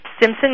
Simpson